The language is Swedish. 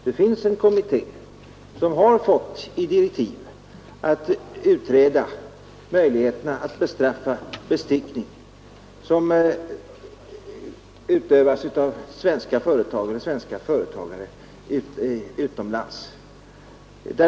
Det finns en kommitté tillsatt, som har fått direktiv att utreda möjligheterna att bestraffa bestickning som utövas av svenska företagare utomlands.